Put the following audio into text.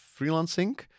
freelancing